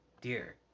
Dear